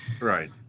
Right